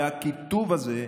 הקיטוב הזה,